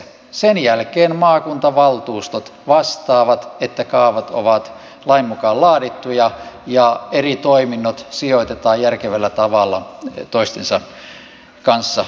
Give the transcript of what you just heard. sen jälkeen maakuntavaltuustot vastaavat että kaavat ovat lain mukaan laadittuja ja eri toiminnot sijoitetaan järkevällä tavalla toistensa kanssa sopusoinnussa